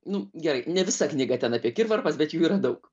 nu gerai ne visa knyga ten apie kirvarpas bet jų yra daug